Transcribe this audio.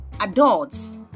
adults